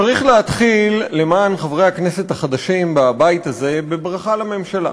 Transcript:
צריך להתחיל למען חברי הכנסת החדשים בבית הזה בברכה לממשלה,